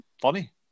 funny